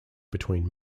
between